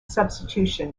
substitution